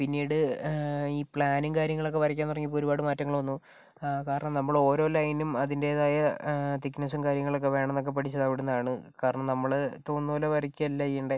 പിന്നീട് ഈ പ്ലാനും കാര്യങ്ങളൊക്കെ വരയ്ക്കാൻ തുടങ്ങിയപ്പോൾ ഒരുപാട് മാറ്റങ്ങൾ വന്നു കാരണം നമ്മളെ ഓരോ ലൈനും അതിൻ്റെതായ തിക്കനെസ്സും കാര്യങ്ങളൊക്കെ വേണം എന്ന് പഠിച്ചത് അവിടുന്നാണ് കാരണം നമ്മള് തോന്നുന്നത് പോലെ വരയ്ക്കുക അല്ല ചെയ്യണ്ടേ